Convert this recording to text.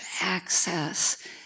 access